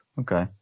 Okay